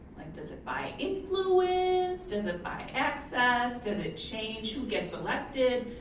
like, does it buy influence, does it buy access, does it change who gets elected,